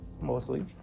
mostly